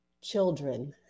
children